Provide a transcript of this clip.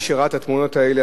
מי שראה את התמונות האלה,